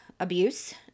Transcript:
Abuse